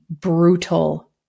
brutal